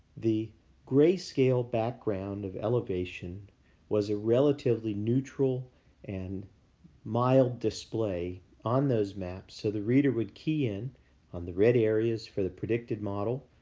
the grayscale background of elevation was a relatively neutral and mild display on those maps. so, the reader would key in on the red areas for the predicted model,